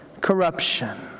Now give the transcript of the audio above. corruption